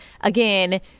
again